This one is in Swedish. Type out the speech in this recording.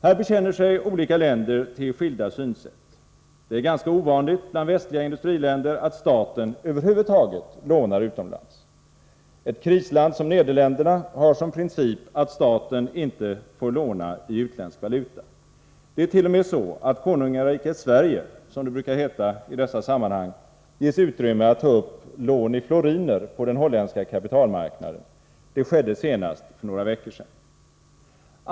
Här bekänner sig olika länder till skilda synsätt. Det är ganska ovanligt bland västliga industriländer att staten över huvud taget lånar utomlands. Ett krisland som Nederländerna har som princip att staten inte får låna i utländsk valuta. Det är t.o.m. så att Konungariket Sverige, som det brukar heta i dessa sammanhang, ges utrymme att ta upp lån i floriner på den holländska kapitalmarknaden — det skedde senast för några veckor sedan.